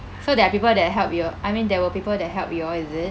so there are people that help you I mean there were people that help you all is it